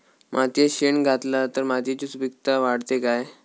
मातयेत शेण घातला तर मातयेची सुपीकता वाढते काय?